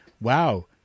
wow